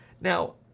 Now